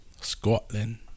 Scotland